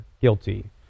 guilty